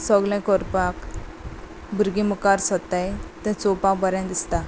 सगलें करपाक भुरगीं मुखार सरताय तें चोवपाक बरें दिसता